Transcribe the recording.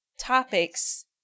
topics